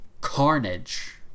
Carnage